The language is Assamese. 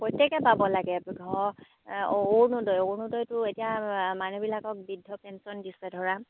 প্ৰত্যেকে পাব লাগে ঘৰ অৰুণোদয় অৰুণোদয়টো এতিয়া মানুহবিলাকক বৃদ্ধ পেঞ্চন দিছে ধৰা